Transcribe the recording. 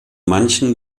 manchen